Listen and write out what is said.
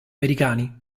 americani